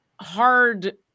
hard